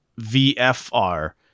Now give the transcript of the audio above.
VFR